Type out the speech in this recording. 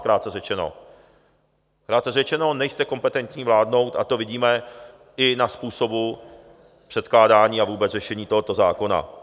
Krátce řečeno nejste kompetentní vládnout, a to vidíme i na způsobu předkládání a vůbec řešení tohoto zákona.